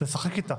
לשחק איתה